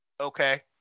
okay